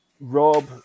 Rob